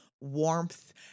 warmth